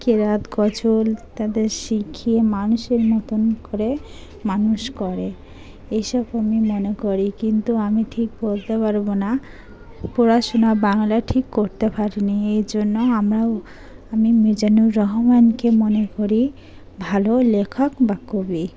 কেরাত গজল তাদের শিখিয়ে মানুষের মতন করে মানুষ করে এইসব আমি মনে করি কিন্তু আমি ঠিক বলতে পারবো না পড়াশোনা বাংলা ঠিক করতে পারিনি এই জন্য আমরাও আমি মিজানুর রহমানকে মনে করি ভালো লেখক বা কবি